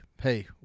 hey